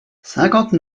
cinquante